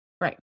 Right